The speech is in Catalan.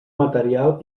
material